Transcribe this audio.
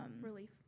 Relief